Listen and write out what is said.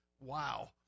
wow